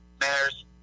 mares